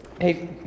Hey